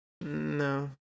no